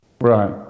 Right